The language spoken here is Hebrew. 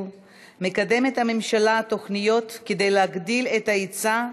מקדמת הממשלה תוכניות כדי להגדיל את ההיצע,